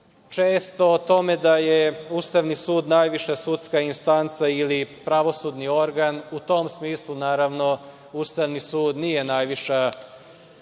često o tome da je Ustavni sud najviša sudska instanca ili pravosudni organ. U tom smislu, naravno, Ustavni sud nije najviša sudska